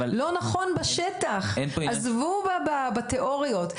זה לא נכון בשטח, עזבו בתיאוריות.